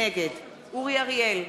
נגד אורי אריאל,